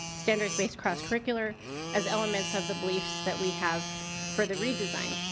standards based cross-curricular as elements of the beliefs that we have for the redesign.